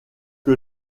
que